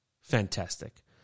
fantastic